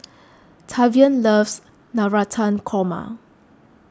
Tavian loves Navratan Korma